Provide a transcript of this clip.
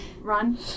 run